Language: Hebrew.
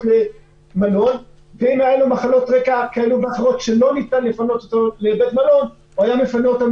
למלון או שצריך לפנות אותו לבית חולים.